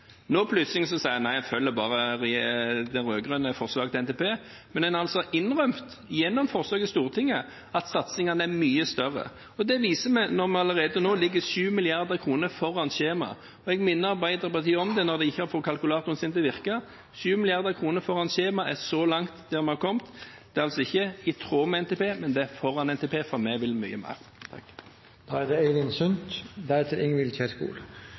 sier en plutselig at en bare følger det rød-grønne forslaget til NTP, men en har altså innrømt, gjennom forsøk i Stortinget, at satsingene er mye større. Det viser vi når vi allerede nå ligger 7 mrd. kr foran skjemaet. Jeg minner Arbeiderpartiet om det, siden de ikke har fått kalkulatoren sin til å virke: 7 mrd. kr foran skjemaet er så langt vi har kommet. Det er ikke i tråd med NTP – det er foran NTP, for vi vil mye mer.